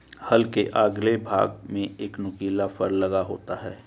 हल के अगले भाग में एक नुकीला फर लगा होता है